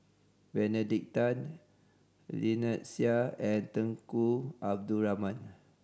Benedict Tan Lynnette Seah and Tunku Abdul Rahman